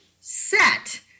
set